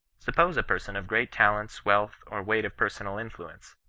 sup pose a person of great talents, wealth, or weight of per sonal influence.